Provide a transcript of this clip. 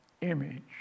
image